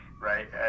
right